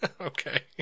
Okay